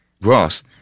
Ross